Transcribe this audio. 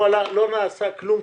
אם לא נעשה כלום,